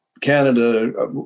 canada